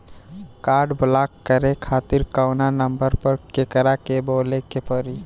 Card block करे खातिर कवना नंबर पर केकरा के बोले के परी?